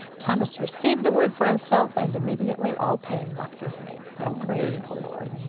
thomas received the word for himself, and immediately all pain left his knee. praise the lord.